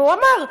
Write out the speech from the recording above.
והוא אמר: